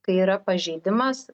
kai yra pažeidimas